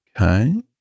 okay